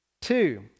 Two